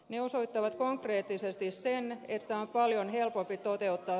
ne osoittavat konkreettisesti se jännä että on paljon eikä järkeen